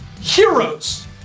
heroes